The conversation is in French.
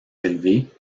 élevée